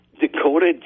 Dakota